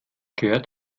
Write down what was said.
gehört